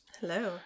Hello